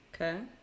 Okay